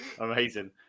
Amazing